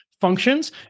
functions